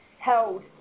held